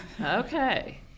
Okay